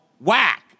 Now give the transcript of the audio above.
whack